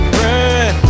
run